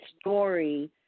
story